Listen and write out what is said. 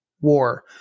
war